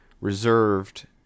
reserved